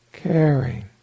Caring